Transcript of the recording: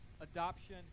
adoption